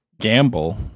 gamble